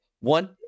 one